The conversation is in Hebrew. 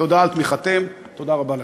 תודה על תמיכתכם, תודה רבה לך.